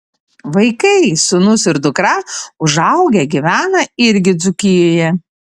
vaikai sūnus ir dukra užaugę gyvena irgi dzūkijoje